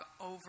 over